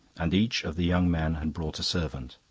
and each of the young men had brought a servant.